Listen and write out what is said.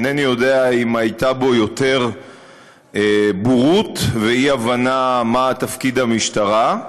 אינני יודע אם היו בו יותר בורות ואי-הבנה מה תפקיד המשטרה,